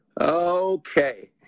Okay